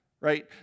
right